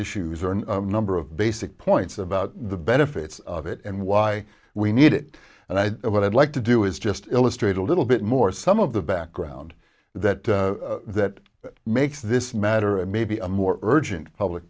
issues or a number of basic points about the benefits of it and why we need it and i know what i'd like to do is just illustrate a little bit more some of the background that that makes this matter and maybe a more urgent public